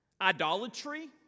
Idolatry